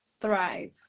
thrive